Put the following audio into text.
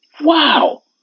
wow